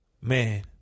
Man